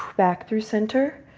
back through center.